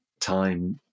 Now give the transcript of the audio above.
time